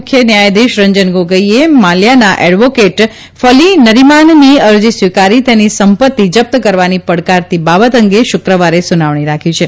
મુખ્ય ન્યાયાધીશ રંજન ગોગોઇએ માલ્યાના એડવોકેટ ફલી નરીમાનની અરજી સ્વીકારી તેની સંપત્તિ જપ્ત કરવાની પડકારતી બાબત અંગે શુક્રવારે સુનાવણી રાખી છે